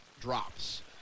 drops